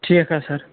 ٹھیٖک حظ سَر